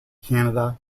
canada